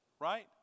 right